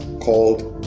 called